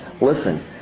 Listen